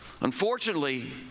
unfortunately